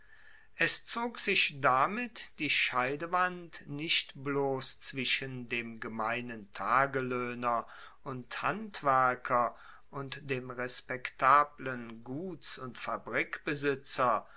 es zog sich damit die scheidewand nicht bloss zwischen dem gemeinen tageloehner und handwerker und dem respektablen guts und fabrikbesitzer